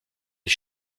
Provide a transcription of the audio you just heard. les